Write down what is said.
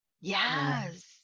Yes